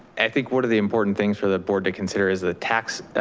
i think one of the important things for the board to consider is the tax,